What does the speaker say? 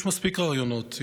יש מספיק רעיונות,